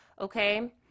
Okay